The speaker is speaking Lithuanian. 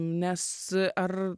nes ar